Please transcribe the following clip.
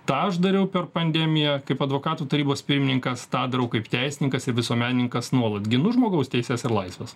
tą aš dariau per pandemiją kaip advokatų tarybos pirmininkas tą darau kaip teisininkas ir visuomenininkas nuolat ginu žmogaus teises ir laisves